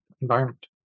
environment